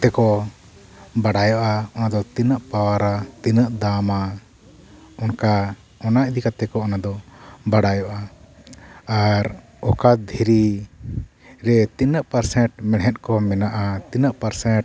ᱛᱮᱠᱚ ᱵᱟᱰᱟᱭᱚᱜᱼᱟ ᱚᱱᱟ ᱫᱚ ᱛᱤᱱᱟᱹᱜ ᱯᱟᱣᱟᱨᱟ ᱛᱤᱱᱟᱹᱜ ᱫᱟᱢᱟ ᱚᱱᱠᱟ ᱚᱱᱟ ᱤᱫᱤ ᱠᱟᱛᱮᱫ ᱚᱱᱟ ᱫᱚ ᱵᱟᱰᱟᱭᱚᱜᱼᱟ ᱟᱨ ᱚᱠᱟ ᱫᱷᱤᱨᱤ ᱨᱮ ᱛᱤᱱᱟᱹᱜ ᱯᱟᱨᱥᱮᱱᱴ ᱢᱮᱬᱦᱮᱫ ᱠᱚ ᱢᱮᱱᱟᱜᱼᱟ ᱛᱤᱱᱟᱹᱜ ᱯᱟᱨᱥᱮᱱᱴ